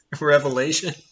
Revelation